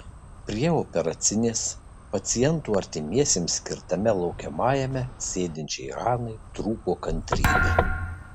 prie operacinės pacientų artimiesiems skirtame laukiamajame sėdinčiai hanai trūko kantrybė